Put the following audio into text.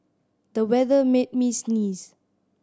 the weather made me sneeze